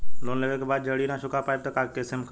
Loan लेवे के बाद जड़ी ना चुका पाएं तब के केसमे का होई?